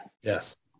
Yes